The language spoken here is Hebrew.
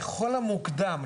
לכל המוקדם,